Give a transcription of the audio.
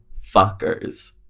fuckers